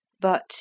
But